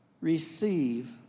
Receive